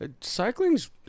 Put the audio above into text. Cycling's